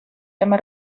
tema